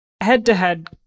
Head-to-head